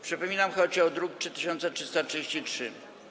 Przypominam, że chodzi o druk nr 3333.